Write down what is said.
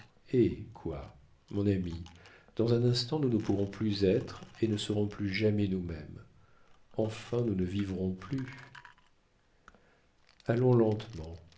hé quoi mon ami dans un instant nous ne pourrons plus être et ne serons plus jamais nous-mêmes enfin nous ne vivrons plus allons lentement